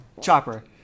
chopper